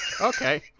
okay